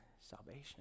salvation